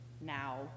now